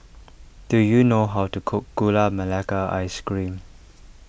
do you know how to cook Gula Melaka Ice Cream